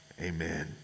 amen